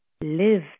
Live